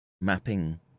mapping